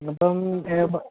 അപ്പം